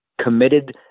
committed